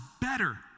better